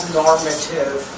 normative